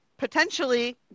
potentially